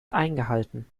eingehalten